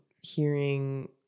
hearing